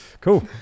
cool